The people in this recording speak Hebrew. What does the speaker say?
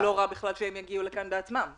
לא רע בכלל שהם יגיעו לכאן בעצמם.